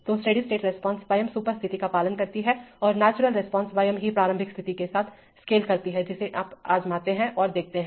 तोस्टेडी state response स्वयं सुपर स्थिति का पालन करती है और नेचुरल रिस्पांस स्वयं ही प्रारंभिक स्थिति के साथ स्केल करती है जिसे आप आजमाते हैं और देखते हैं